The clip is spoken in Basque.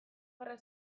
gerra